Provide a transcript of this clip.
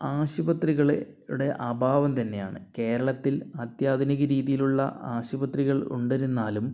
ആശുപത്രികളുടെ അഭാവം തന്നെയാണ് കേരളത്തിൽ അത്യാധുനിക രീതിയിലുള്ള ആശുപത്രികൾ ഉണ്ടെന്നിരുന്നാലും